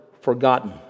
forgotten